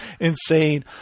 insane